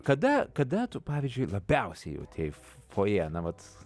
kada kada tu pavyzdžiui labiausiai jautei fojė na vat